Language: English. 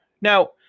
Now